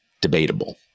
debatable